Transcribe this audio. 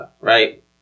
Right